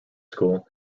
school